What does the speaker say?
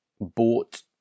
bought